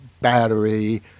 battery